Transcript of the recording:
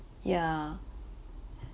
yeah